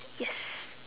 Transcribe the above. yes